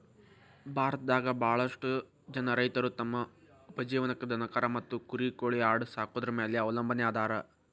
ಭಾರತದಾಗ ಬಾಳಷ್ಟು ಜನ ರೈತರು ತಮ್ಮ ಉಪಜೇವನಕ್ಕ ದನಕರಾ ಮತ್ತ ಕುರಿ ಕೋಳಿ ಆಡ ಸಾಕೊದ್ರ ಮ್ಯಾಲೆ ಅವಲಂಬನಾ ಅದಾರ